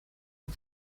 die